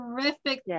terrific